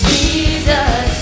Jesus